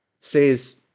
says